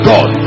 God